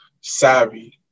savvy